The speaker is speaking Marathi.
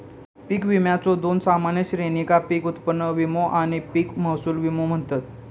पीक विम्याच्यो दोन सामान्य श्रेणींका पीक उत्पन्न विमो आणि पीक महसूल विमो म्हणतत